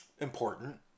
important